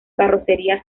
carrocería